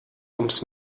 ums